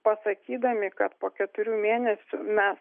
pasakydami kad po keturių mėnesių mes